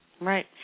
Right